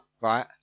right